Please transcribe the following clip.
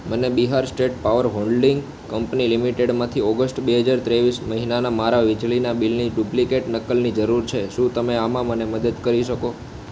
મને Bihar state power holding company લિમિટેડમાંથી August બે હજાર ત્રેવીસ મહિનાના મારા વીજળીના બિલની ડુપ્લિકેટ નકલની જરૂર છે શું તમે આમાં મને મદદ કરી શકો